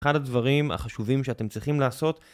אחד הדברים, החשובים שאתם צריכים לעשות,